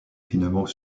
finement